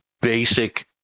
basic